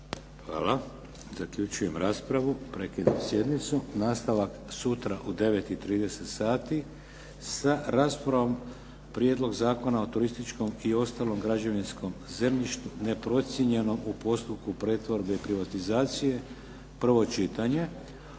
Hvala. Zaključujem raspravu. Prekidam sjednicu. Nastavak sutra u 9,30 sati sa raspravom Prijedlog zakona o turističkom i ostalom građevinskom zemljištu neprocijenjenom u postupku pretvorbe i privatizacije, prvo čitanje.